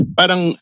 parang